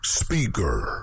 speaker